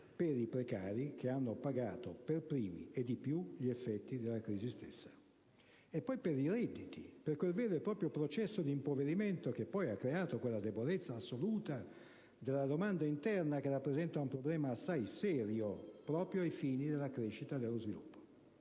per i precari che hanno pagato per primi e di più gli effetti della crisi stessa e poi per i redditi, per quel vero e proprio processo di impoverimento che ha creato una debolezza assoluta della domanda interna, determinando un problema assai serio ai fini della crescita e dello sviluppo.